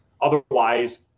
Otherwise